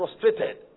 frustrated